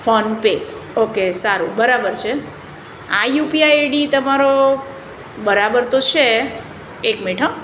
phone pay okay સારું બરાબર છે આ યુપીઆઈ આઈડી તમારો બરાબર તો છે એક મિનિટ હં